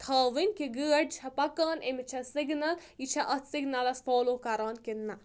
تھاوٕنۍ کہِ گٲڑۍ چھےٚ پَکان أمِس چھےٚ سِگنَل یہِ چھےٚ اَتھ سِگنَلَس فالو کَران کِنہٕ نہ